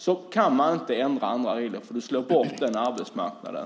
Då kan man inte ändra sådana här regler, för det slår ut den arbetsmarknaden.